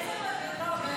באמת.